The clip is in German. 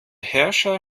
herrscher